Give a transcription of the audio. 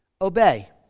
obey